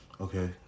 Okay